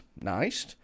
Nice